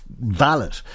valid